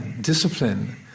discipline